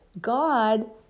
God